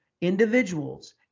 individuals